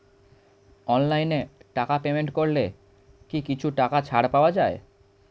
অনলাইনে টাকা পেমেন্ট করলে কি কিছু টাকা ছাড় পাওয়া যায়?